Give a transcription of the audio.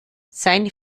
seine